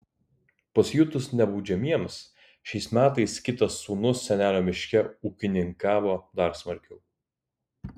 pasijutus nebaudžiamiems šiais metais kitas sūnus senelio miške ūkininkavo dar smarkiau